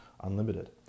unlimited